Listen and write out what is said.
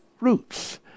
roots